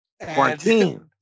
quarantine